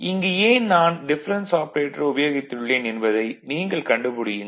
இங்கு ஏன் நான் டிஃபரென்ஸ் ஆபரேட்டர் உபயோகித்துள்ளேன் என்பதை நீங்கள் கண்டுபிடியுங்கள்